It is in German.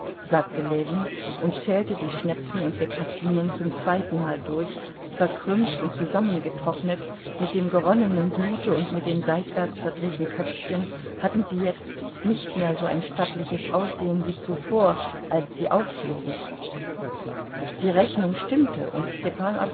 sagte ljewin und zählte die schnepfen und bekassinen zum zweitenmal durch verkrümmt und zusammengetrocknet mit dem geronnenen blute und mit den seitwärts verdrehten köpfchen hatten sie jetzt nicht mehr ein so stattliches aussehen wie zuvor als sie aufflogen die rechnung stimmte und